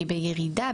כי בירידה,